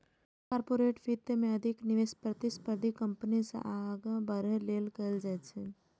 corporate वित्त मे अधिक निवेश प्रतिस्पर्धी कंपनी सं आगां बढ़ै लेल कैल जाइ छै